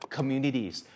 Communities